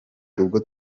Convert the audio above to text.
ubwo